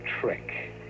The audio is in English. trick